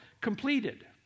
completed